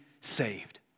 saved